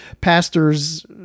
pastor's